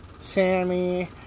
Sammy